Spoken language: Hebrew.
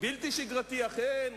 בלתי שגרתי, אכן,